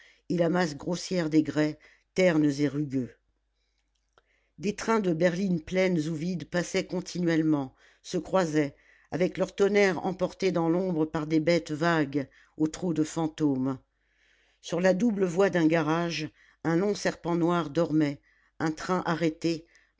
la masse grossière des grès ternes et rugueux des trains de berlines pleines ou vides passaient continuellement se croisaient avec leur tonnerre emporté dans l'ombre par des bêtes vagues au trot de fantôme sur la double voie d'un garage un long serpent noir dormait un train arrêté